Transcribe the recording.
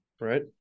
Right